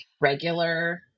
regular